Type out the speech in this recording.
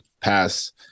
pass